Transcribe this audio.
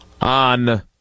on